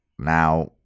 Now